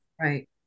right